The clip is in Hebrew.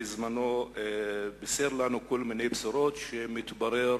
בזמנו, בישר לנו כל מיני בשורות, שמתברר